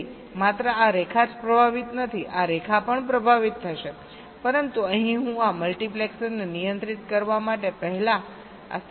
તેથી માત્ર આ રેખા જ પ્રભાવિત નથી આ રેખા પણ પ્રભાવિત થશે પરંતુ અહીં હું આ મલ્ટીપ્લેક્સરને નિયંત્રિત કરવા માટે પહેલા આ સ્થિર સંકેતનો ઉપયોગ કરી રહ્યો છું